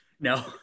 No